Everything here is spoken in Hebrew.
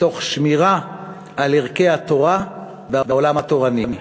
תוך שמירה על ערכי התורה והעולם התורני.